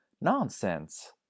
nonsense